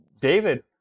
David